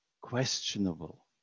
questionable